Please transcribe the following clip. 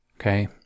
Okay